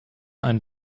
einen